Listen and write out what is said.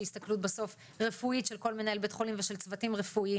שהיא בסוף הסתכלות רפואית של כל מנהל בית חולים ושל צוותים רפואיים.